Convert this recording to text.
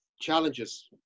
challenges